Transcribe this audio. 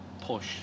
push